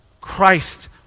Christ